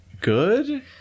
good